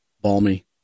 Balmy